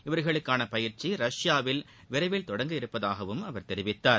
இவர்களுக்கான பயிற்சி ரஷ்யாவில் விரைவில் தொடங்க உள்ளதாகவம் அவர் தெரிவித்தார்